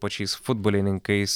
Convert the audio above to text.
pačiais futbolininkais